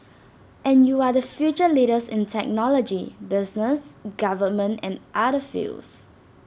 and you are the future leaders in technology business government and other fields